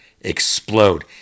explode